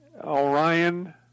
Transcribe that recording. Orion